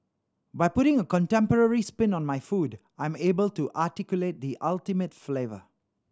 by putting a contemporary spin on my food I'm able to articulate the ultimate flavour